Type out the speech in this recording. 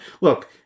Look